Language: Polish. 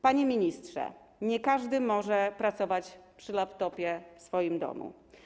Panie ministrze, nie każdy może pracować przy laptopie w swoim domu.